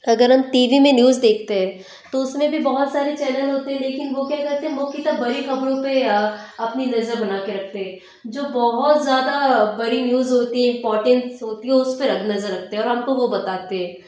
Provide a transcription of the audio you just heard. अगर हम TV में न्यूज़ देखते हैं तो उसमें भी बहुत सारे चैनल होते हैं लेकिन वह क्या करते हैं मुख्यतः बड़ी ख़बरों पर अपनी नज़र बनाकर रखते हैं जो बहुत ज़्यादा बड़ी न्यूज़ होती है इम्पोर्टेन्ट्स होती है उस पर अब नज़र रखते हैं और हमको वह बताते हैं